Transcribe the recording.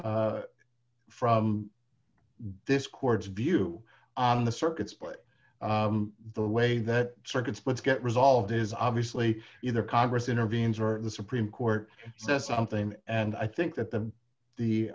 from this court's view on the circuits but the way that circuit splits get resolved is obviously either congress intervenes or the supreme court says something and i think that the the